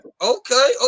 Okay